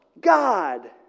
God